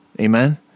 Amen